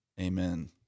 Amen